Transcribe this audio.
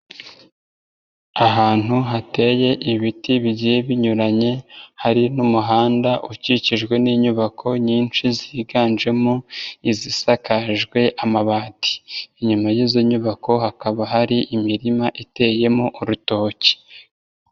Ahantu hateye ibiti bigiye binyuranye, hari n'umuhanda ukikijwe n'inyubako nyinshi ziganjemo izisakajwe amabati. Inyuma y'izo nyubako hakaba hari imirima iteyemo urutoki.